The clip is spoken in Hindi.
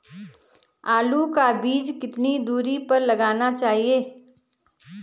आलू का बीज कितनी दूरी पर लगाना चाहिए?